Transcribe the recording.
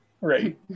Right